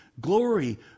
glory